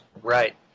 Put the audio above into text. Right